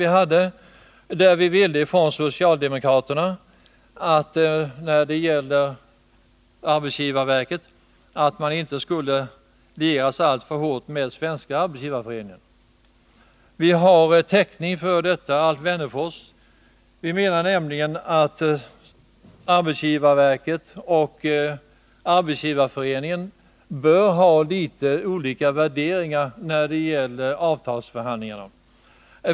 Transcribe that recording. Vi ville från socialdemokratisk sida att arbetsgivarverket inte skulle liera sig alltför hårt med Svenska arbetsgivareföreningen. Vi har täckning för detta, Alf Wennerfors. Vi menar nämligen att arbetsgivarverket och Arbetsgivareföreningen bör ha litet olika värderingar när det gäller avtalsförhandlingarna.